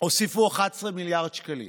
הוסיפו 11 מיליארד שקלים,